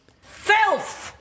Filth